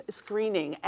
screening